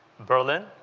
berlin,